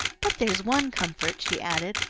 but there's one comfort, she added,